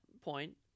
point